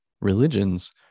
religions